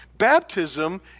baptism